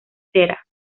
cera